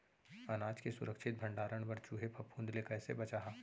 अनाज के सुरक्षित भण्डारण बर चूहे, फफूंद ले कैसे बचाहा?